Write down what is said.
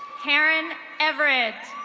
karen everett.